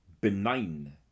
benign